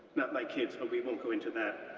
not my kids, but we won't go into that.